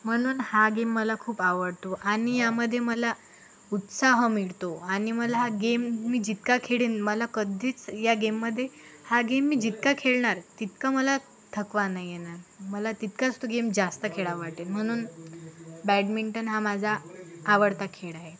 म्हणून हा गेम मला खूप आवडतो आणि यामध्ये मला उत्साहं मिळतो आणि मला हा गेम मी जितका खेळीन मला कधीच या गेममधे हा गेम मी जितका खेळणार तितकं मला थकवा नाही येणार मला तितकाच तो गेम जास्त खेळावं वाटेल म्हणून बॅडमिंटन हा माझा आवडता खेळ आहे